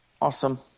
Awesome